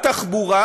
בתחבורה